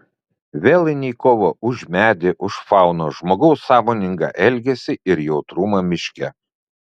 vėl eini į kovą už medį už fauną žmogaus sąmoningą elgesį ir jautrumą miške